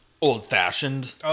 old-fashioned